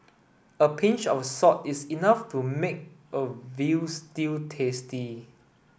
a pinch of salt is enough to make a veal stew tasty